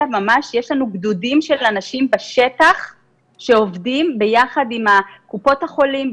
אלא יש לנו גדודים של אנשים בשטח שעובדים ביחד עם קופות החולים,